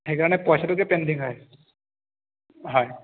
সেইকাৰণে পইচাটোকে পেণ্ডিং হৈ আছে